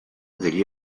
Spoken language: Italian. degli